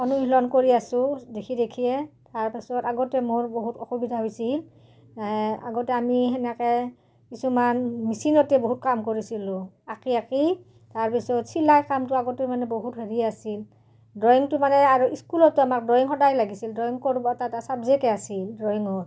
অনুশীলন কৰি আছোঁ দেখি দেখিয়ে তাৰপিছত আগতে মোৰ বহুত অসুবিধা হৈছিল আগতে আমি সেনেকে কিছুমান মেচিনতে বহুত কাম কৰিছিলোঁ আঁকি আঁকি তাৰপিছত চিলাই কামটো আগতে মানে বহুত হেৰি আছিল ড্ৰয়িংটো মানে আৰু স্কুলতো আমাক ড্ৰয়িং সদায় লাগিছিল ড্ৰয়িং কৰা এটা ছাবজেক্ট আছিল ড্ৰয়িঙত